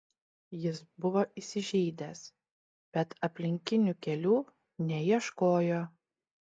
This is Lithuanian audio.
jis buvo įsižeidęs bet aplinkinių kelių neieškojo